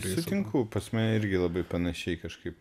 reitingų prasme irgi labai panašiai kažkaip